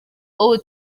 ubu